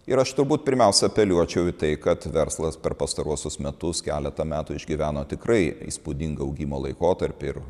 ir aš turbūt pirmiausia apeliuočiau į tai kad verslas per pastaruosius metus keletą metų išgyveno tikrai įspūdingą augimo laikotarpį ir